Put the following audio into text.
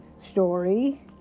story